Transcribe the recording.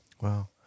Wow